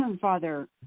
father